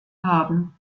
haben